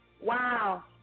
wow